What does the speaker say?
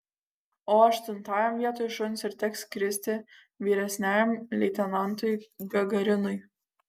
o aštuntajam vietoj šuns ir teks skristi vyresniajam leitenantui gagarinui